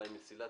חיים מסילתי,